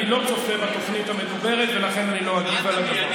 אני לא זוכר את התוכנית המדוברת ולכן אני לא אגיב עליה.